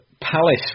Palace